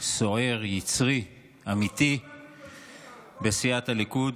סוער, יצרי, אמיתי בסיעת הליכוד.